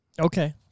Okay